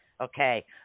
Okay